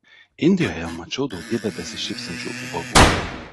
indijoje mačiau daugybę besišypsančių ubagų